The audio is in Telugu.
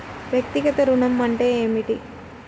వ్యక్తిగత ఋణం అంటే ఏమిటి?